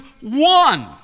one